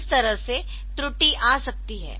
इस तरह से त्रुटि आ सकती है